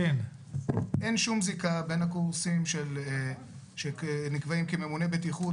אין שום זיקה בין הקורסים שנקבעים כממונה בטיחות